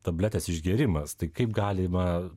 tabletės išgėrimas tai kaip galima